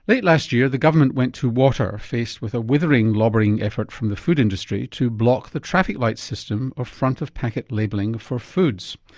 late last year the government went to water faced with a withering lobbying effort from the food industry to block the traffic light system of front of packet labelling for foods.